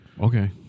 Okay